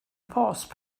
post